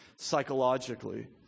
psychologically